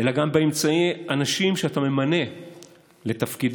אלא גם באמצעות אנשים שאתה ממנה לתפקידים,